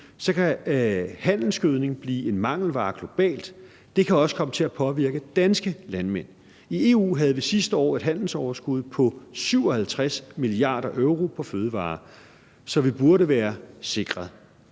kan handelsgødning blive en mangelvare globalt, og det kan også komme til at påvirke danske landmænd. I EU havde vi sidste år et handelsoverskud på 57 mia. euro på fødevarer, så vi burde være sikret,